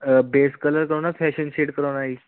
base colour ਕਰਾਉਣਾ fashion shade ਕਰਾਉਣਾ ਜੀ